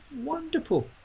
wonderful